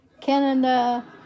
Canada